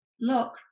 look